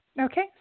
Okay